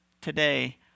today